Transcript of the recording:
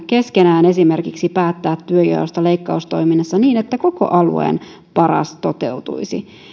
keskenään esimerkiksi työnjaosta leikkaustoiminnassa niin että koko alueen paras toteutuisi